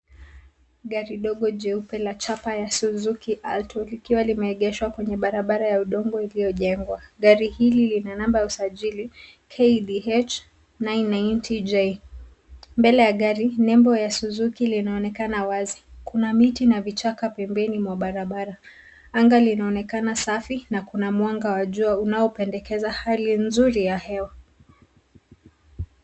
Gari ndogo jeupe la chapa ya Suzuki Alto likiwa imeegeswa kwenye barabara ya udongo iliojengwa. Gari lina namba ya usajili KDJ 990J. Mbele ya gari nembo ya Suzuki linaonekana wazi kuna miti na vichaka pembeni mwa barabara , angaa linaonekana safi na lina mwanga wa jua unaopendekeza hali nzuri ya hewa.